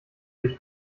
dich